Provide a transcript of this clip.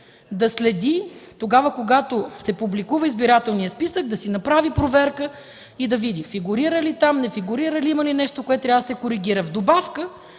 да следи, когато се публикува избирателният списък, да си направи проверка и да види фигурира ли там, не фигурира ли, има ли нещо, което трябва да се коригира? В добавка,